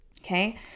okay